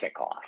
kickoff